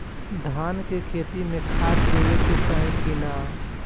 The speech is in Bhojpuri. धान के खेती मे खाद देवे के चाही कि ना?